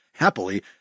Happily